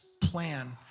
plan